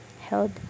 held